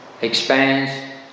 expands